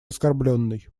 оскорблённой